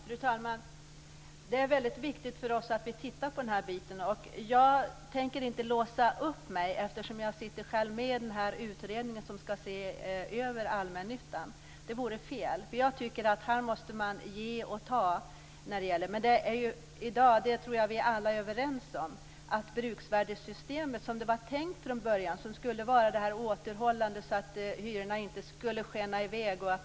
Fru talman! Det är väldigt viktigt för oss att se över detta. Jag tänker inte låsa upp mig eftersom jag själv sitter med i utredningen som ska se över allmännyttan. Det vore fel, för jag tycker att här måste man ge och ta. Jag tror att vi alla är överens om att bruksvärdessystemet från början var tänkt att fungera återhållande så att hyrorna inte skulle skena i väg.